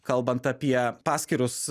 kalbant apie paskirus